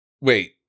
Wait